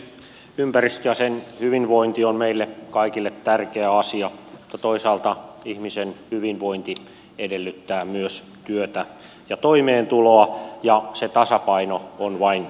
ympäristö ja sen hyvinvointi on meille kaikille tärkeä asia mutta toisaalta ihmisen hyvinvointi edellyttää myös työtä ja toimeentuloa ja sen tasapainon on vain löydyttävä